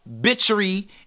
bitchery